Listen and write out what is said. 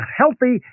healthy